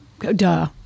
Duh